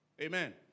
Amen